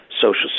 Social